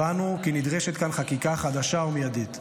הבנו כי נדרשת כאן חקיקה חדשה ומיידית,